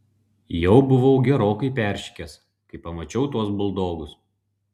jau buvau gerokai peršikęs kai pamačiau tuos buldogus